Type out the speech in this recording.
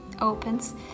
opens